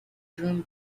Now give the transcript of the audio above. drawn